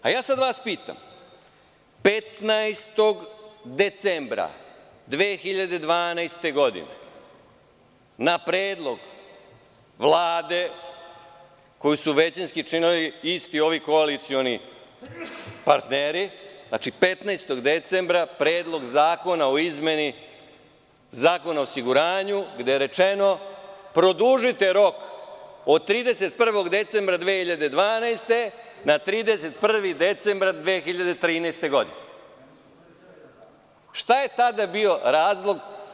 Pitam vas, 15. decembra 2012. godine na predlog Vlade koji su većinski činili isti ovi koalicioni partneri, Predlog zakona o izmeni Zakona o osiguranju gde je rečeno – produžite rok od 31. decembra 2012. na 31. decembar 2013. godine, šta je tada bio razlog?